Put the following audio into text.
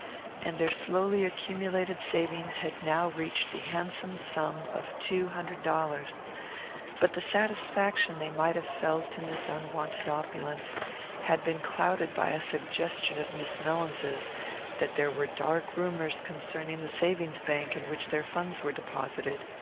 and their slowly accumulated savings had now reached the handsome sum of two hundred dollars but the satisfaction they might have felt in this unwonted opulence had been clouded by a suggestion of miss mellins's that there were dark rumours concerning the savings bank in which their funds were deposited.